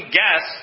guess